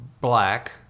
black